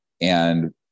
And-